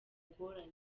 ngorane